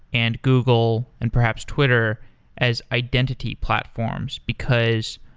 and google, and perhaps twitter as identity platforms, because